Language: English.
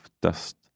dust